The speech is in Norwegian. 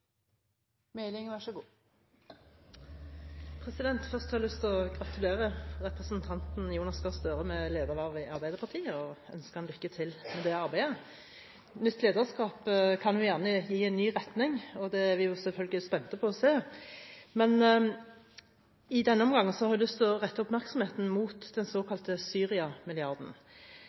Jonas Gahr Støre med ledervervet i Arbeiderpartiet og ønske ham lykke til med det arbeidet. Nytt lederskap kan gjerne gi en ny retning, og det er vi selvfølgelig spente på å se. Men i denne omgang har jeg lyst til å rette oppmerksomheten mot den såkalte